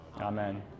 amen